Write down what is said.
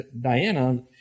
Diana